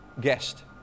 guest